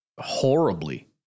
horribly